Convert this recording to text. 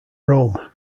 rome